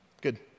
Good